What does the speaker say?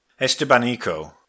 Estebanico